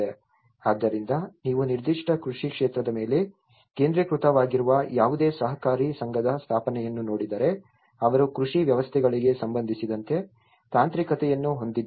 ಆದ್ದರಿಂದ ನೀವು ನಿರ್ದಿಷ್ಟ ಕೃಷಿ ಕ್ಷೇತ್ರದ ಮೇಲೆ ಕೇಂದ್ರೀಕೃತವಾಗಿರುವ ಯಾವುದೇ ಸಹಕಾರಿ ಸಂಘದ ಸ್ಥಾಪನೆಯನ್ನು ನೋಡಿದರೆ ಅವರು ಕೃಷಿ ವ್ಯವಸ್ಥೆಗಳಿಗೆ ಸಂಬಂಧಿಸಿದಂತೆ ತಾಂತ್ರಿಕತೆಯನ್ನು ಹೊಂದಿದ್ದರು